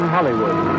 Hollywood